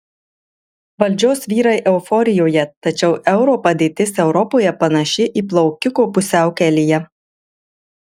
valdžios vyrai euforijoje tačiau euro padėtis europoje panaši į plaukiko pusiaukelėje